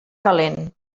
calent